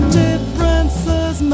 differences